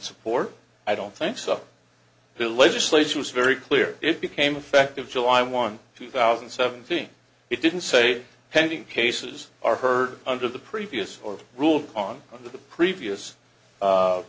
support i don't think so who legislation was very clear it became effective july one two thousand and seventeen it didn't say pending cases are heard under the previous or ruled on the previous